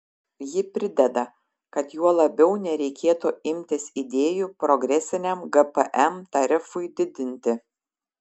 ji prideda kad juo labiau nereikėtų imtis idėjų progresiniam gpm tarifui didinti